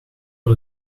tot